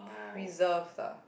reserves ah